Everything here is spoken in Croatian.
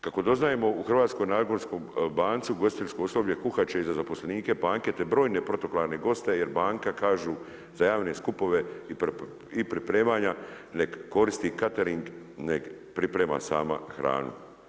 Kako doznajemo u Hrvatskoj narodnoj banci ugostiteljsko osoblje kuhat će i za zaposlenike banke, te brojne protokolarne goste jer banka kažu za javne skupove i pripremanja nek koristi cetering nek priprema sama hranu.